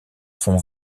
fond